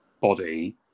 body